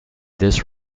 this